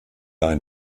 ein